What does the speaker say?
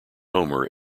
homer